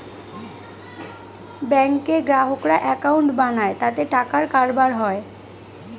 ব্যাঙ্কে গ্রাহকরা একাউন্ট বানায় তাতে টাকার কারবার হয়